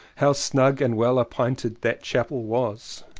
how snug and well appointed that chapel was!